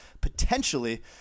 potentially